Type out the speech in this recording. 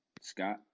Scott